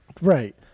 Right